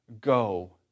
go